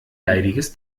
leidiges